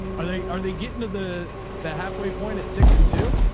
are they, are they getting to the the halfway point at six and two?